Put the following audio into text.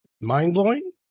mind-blowing